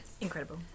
incredible